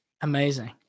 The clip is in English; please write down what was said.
Amazing